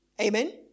Amen